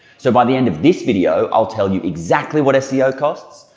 so by the end of this video i'll tell you exactly what seo costs,